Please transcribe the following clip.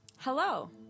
Hello